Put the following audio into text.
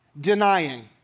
Denying